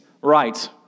right